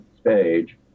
stage